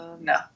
No